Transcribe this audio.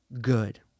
good